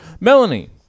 melanie